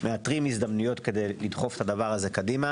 מאתרים הזדמנויות כדי לדחוף את הדבר הזה קדימה